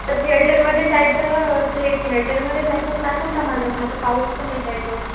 आता थिएटरमध्ये जायचं थे थेटरमध्ये जायचा प्लान होता माझा पण आता पाऊस पण येत आहे गं